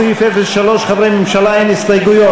03, סעיף חברי ממשלה, לשנת 2013, אין הסתייגויות.